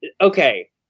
Okay